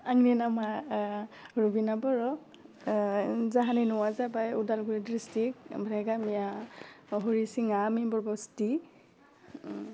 आंनि नामा रबिना बर' जोंहानि न'वा जाबाय उदालगुरि ड्रिस्टिक ओमफ्राय गामिया हरिसिङा मेमबर बस्थि